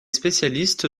spécialiste